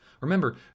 Remember